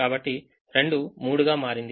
కాబట్టి 2 3 గా మారింది